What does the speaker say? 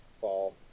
fall